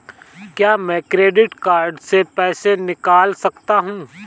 क्या मैं credit card से पैसे निकाल सकता हूँ?